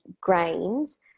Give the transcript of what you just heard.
grains